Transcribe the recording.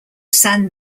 san